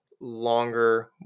longer